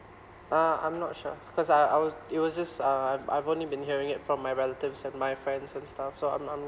uh I'm not sure because I was it was just uh I'm I've only been hearing it from my relatives and my friends and stuff so I'm I'm